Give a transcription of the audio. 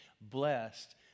blessed